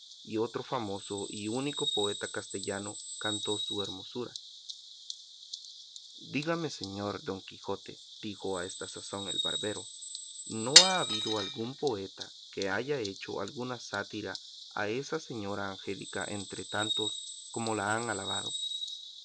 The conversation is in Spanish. y otro famoso y único poeta castellano cantó su hermosura dígame señor don quijote dijo a esta sazón el barbero no ha habido algún poeta que haya hecho alguna sátira a esa señora angélica entre tantos como la han alabado